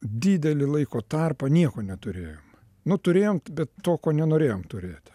didelį laiko tarpą nieko neturėjom nu turėjom bet to ko nenorėjom turėt